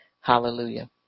Hallelujah